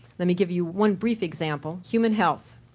let me give you one brief example human health.